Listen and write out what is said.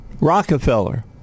Rockefeller